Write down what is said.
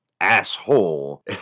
asshole